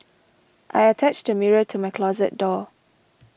I attached a mirror to my closet door